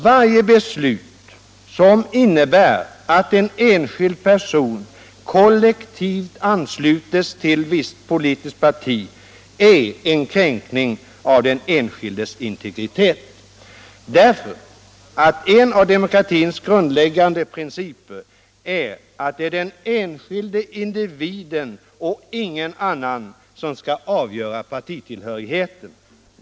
Varje beslut som innebär att en enskild person kollektivt ansluts till ett visst politiskt parti är en kränkning av den enskildes integritet. Det är en av demokratins grundläggande principer att den enskilde individen och ingen annan skall avgöra partitillhörigheten.